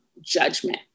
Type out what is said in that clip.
judgment